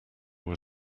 were